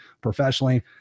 professionally